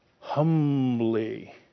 humbly